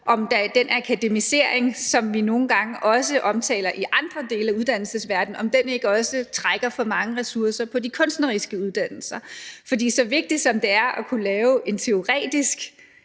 om den akademisering, som vi nogle gange også omtaler i andre dele af uddannelsesverdenen, ikke også trækker for mange ressourcer på de kunstneriske uddannelser. Lige så vigtigt som det er at kunne lave en teoretisk